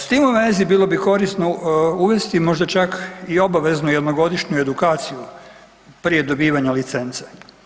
S tim u vezi bilo bi korisno uvesti možda čak i obaveznu jednogodišnju edukaciju prije dobivanja licence.